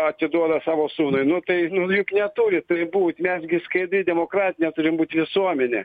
atiduoda savo sūnui nu tai nu lyg neturi taip būt netgi skaidri demokratinė turi būt visuomenė